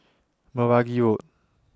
Meragi Road